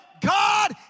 God